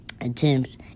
attempts